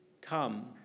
come